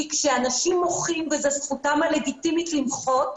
כשאנשים מוחים, וזו זכותם הלגיטימית למחות,